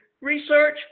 research